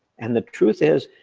and the truth is,